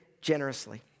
generously